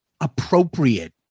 appropriate